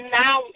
now